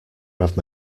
have